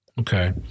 Okay